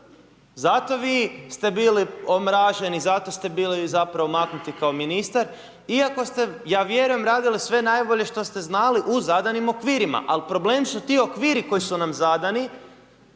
Zato vi ste bili omraženi, zato ste bili zapravo maknuti kao ministar iako ste, ja vjerujem, radili sve najbolje što ste znali u zadanim okvirima. Al, problem su ti okviri koji su nam zadani